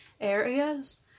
areas